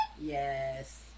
Yes